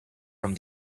from